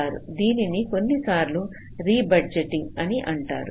దీనిని కొన్నిసార్లు rebudgeting అని అంటారు